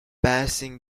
passing